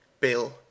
Bill